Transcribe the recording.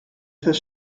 his